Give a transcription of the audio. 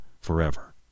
forever